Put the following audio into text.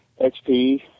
XP